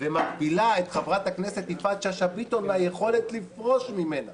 ומגבילה את חברת הכנסת יפעת שאשא ביטון מהיכולת לפרוש ממנה